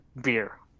beer